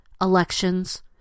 elections